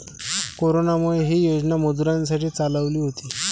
कोरोनामुळे, ही योजना मजुरांसाठी चालवली होती